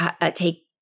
take